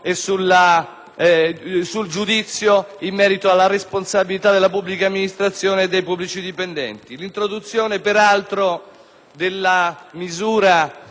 sul giudizio in merito alla responsabilità della pubblica amministrazione e dei pubblici dipendenti. L'introduzione, peraltro, della misura e